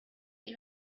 you